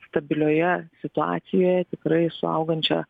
stabilioje situacijoje tikrai su augančia